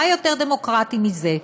מה יותר דמוקרטי מזה?